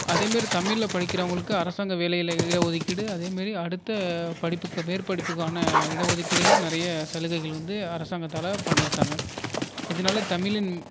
அதே மாரி தமிழில் படிக்கிறவங்களுக்கு அரசாங்க வேலையில் இட ஒதுக்கீடு அதே மாரி அடுத்த படிப்புக்கு மேற்படிப்புக்கான இட ஒதுக்கீடிலும் நிறையா சலுகைகள் வந்து அரசாங்கத்தால் பண்ணியிருக்காங்க இதனால தமிழின்